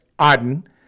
Aden